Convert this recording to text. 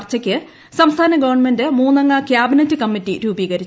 ചർച്ചയ്ക്ക് സംസ്ഥാന ഗവൺമെന്റ് മൂന്നംഗ ക്യാബിനറ്റ് കമ്മിറ്റി രൂപീകരിച്ചു